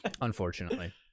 unfortunately